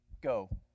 Go